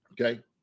Okay